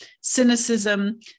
cynicism